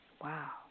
Wow